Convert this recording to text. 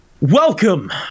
welcome